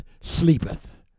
sleepeth